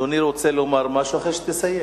אדוני רוצה לומר משהו, אחרי שתסיים.